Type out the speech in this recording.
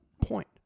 point